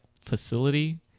facility